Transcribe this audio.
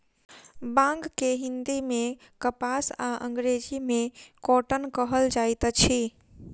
बांग के हिंदी मे कपास आ अंग्रेजी मे कौटन कहल जाइत अछि